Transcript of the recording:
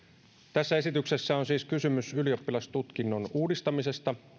tässä esityksessä on siis kysymys ylioppilastutkinnon uudistamisesta